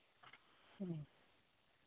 ᱚ